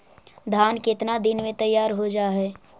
धान केतना दिन में तैयार हो जाय है?